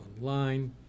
online